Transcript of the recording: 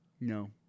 No